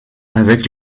avec